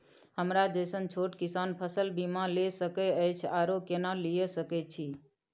हमरा जैसन छोट किसान फसल बीमा ले सके अछि आरो केना लिए सके छी?